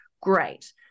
great